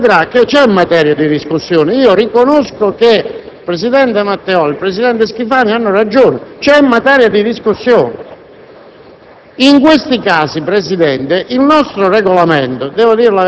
Se lei, signor Presidente, affronta questo argomento, vedrà che c'è materia di discussione. Riconosco che i presidenti Matteoli e Schifani hanno ragione: c'è materia di discussione.